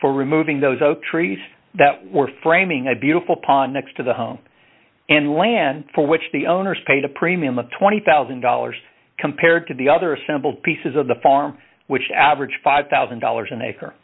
for removing those oak trees that were framing a beautiful pond next to the home and land for which the owners paid a premium of twenty thousand dollars compared to the other simple pieces of the farm which average five thousand dollars an acre